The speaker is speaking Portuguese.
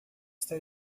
estar